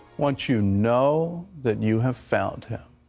once you know that you have found him,